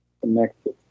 connected